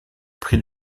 prix